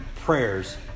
prayers